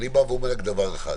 אני בא ואומר רק דבר אחד: